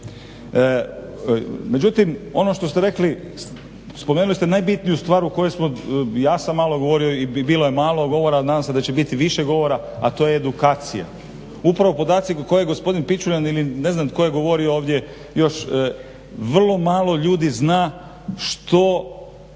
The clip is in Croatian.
Međutim, ono što ste rekli, spomenuli ste najbitniju stvar u kojoj smo, ja sam malo govorio i bilo je malo govora, ali nadam se da će biti više govora, a to je edukacija. Upravo podaci koje je gospodin Pičuljan ili ne znam tko je govorio ovdje još vrlo malo ljudi zna što